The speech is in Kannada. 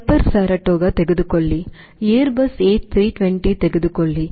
ಪೈಪರ್ ಸರಟೋಗಾ ತೆಗೆದುಕೊಳ್ಳಿ ಏರ್ಬಸ್ ಎ 320 ತೆಗೆದುಕೊಳ್ಳಿ